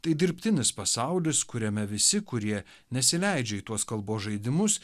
tai dirbtinis pasaulis kuriame visi kurie nesileidžia į tuos kalbos žaidimus